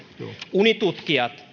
unitutkijat